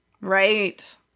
Right